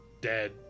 dead